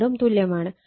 രണ്ടും തുല്യമാണ്